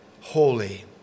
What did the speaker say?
holy